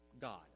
God